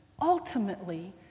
Ultimately